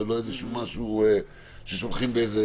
ולא איזשהו משהו ששולחים באיזה